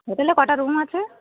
হোটেলে কটা রুম আছে